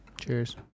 Cheers